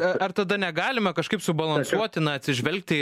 ar tada negalime kažkaip subalansuoti na atsižvelgti